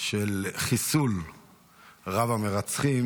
של חיסול רב-המרצחים.